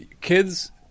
kids